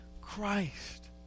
Christ